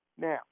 Now